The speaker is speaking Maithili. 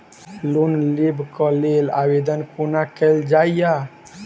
लोन लेबऽ कऽ लेल आवेदन कोना कैल जाइया?